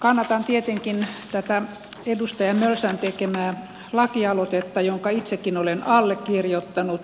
kannatan tietenkin tätä edustaja mölsän tekemää lakialoitetta jonka itsekin olen allekirjoittanut